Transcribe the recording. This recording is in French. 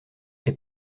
est